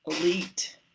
elite